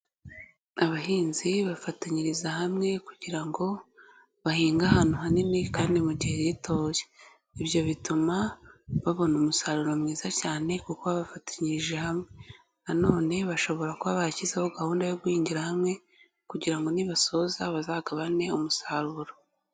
Abahinzi bafatanyiriza hamwe kugira ngo bahinge ahantu hanini kandi mu gihe gitoya, ibyo bituma babona umusaruro mwiza cyane kuko baba bafatanyirije hamwe, na none bashobora kuba barashyizeho gahunda yo guhingira hamwe kugira ngo nibasoza bazagabane umusaruro.